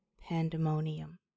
pandemonium